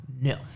No